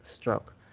stroke